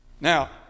Now